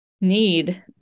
need